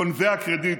גונבי הקרדיט,